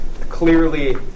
Clearly